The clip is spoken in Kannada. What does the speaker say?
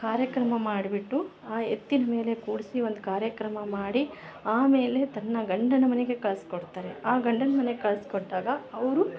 ಕಾರ್ಯಕ್ರಮ ಮಾಡ್ಬಿಟ್ಟು ಆ ಎತ್ತಿನ ಮೇಲೆ ಕೂರ್ಸಿ ಒಂದು ಕಾರ್ಯಕ್ರಮ ಮಾಡಿ ಆಮೇಲೆ ತನ್ನ ಗಂಡನ ಮನೆಗೆ ಕಳ್ಸ ಕೊಡ್ತಾರೆ ಆ ಗಂಡನ ಮನೆಗ ಕಳ್ಸ ಕೊಟ್ಟಾಗ ಅವರು